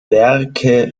werke